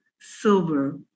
silver